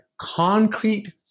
concrete